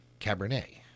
Cabernet